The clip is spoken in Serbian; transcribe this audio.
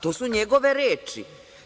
To su njegove reči.